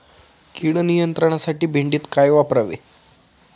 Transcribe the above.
कीड नियंत्रणासाठी भेंडीत काय वापरावे?